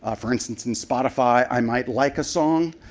ah for instance, in spotify, i might like a song